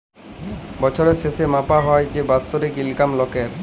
বছরের শেসে মাপা হ্যয় যে বাৎসরিক ইলকাম লকের